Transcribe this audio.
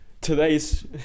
today's